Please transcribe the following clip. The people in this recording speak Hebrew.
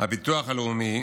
הביטוח הלאומי